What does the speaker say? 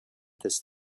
des